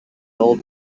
old